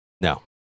No